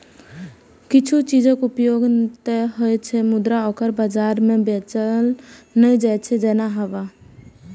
किछु चीजक उपयोग ते होइ छै, मुदा ओकरा बाजार मे बेचल नै जाइ छै, जेना हवा